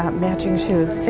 matching shoes,